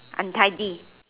untidy